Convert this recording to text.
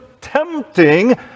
tempting